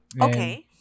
Okay